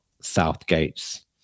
Southgate's